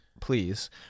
please